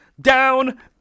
down